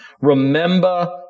Remember